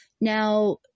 Now